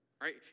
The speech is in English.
right